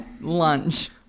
lunch